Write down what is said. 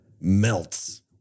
melts